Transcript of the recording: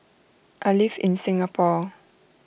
I live in Singapore